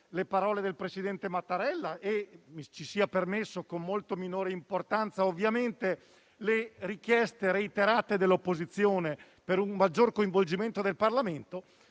le parole del presidente Mattarella e - ci sia permesso citare con molta minore importanza - le richieste reiterate dell'opposizione per un maggior coinvolgimento del Parlamento